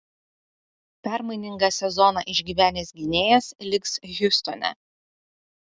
permainingą sezoną išgyvenęs gynėjas liks hjustone